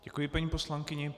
Děkuji paní poslankyni.